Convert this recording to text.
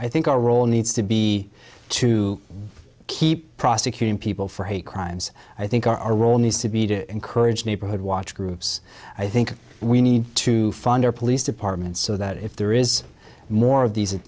i think our role needs to be to keep prosecuting people for hate crimes i think our role needs to be to encourage neighborhood watch groups i think we need to fund our police departments so that if there is more of these